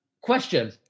question